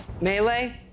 melee